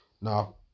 Now